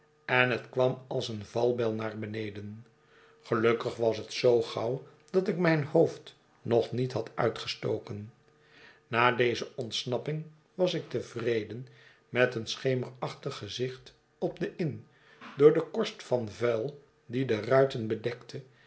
en het kwam als eene valbijl naar beneden gelukkig was het zoo gauw dat ik mijn hoofd nog niet had uitgestoken na deze ontsnapping was ik tevredefi met een schemerachtig gezicht op de inn door de korst van vuil die de ruiten bedekte